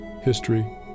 history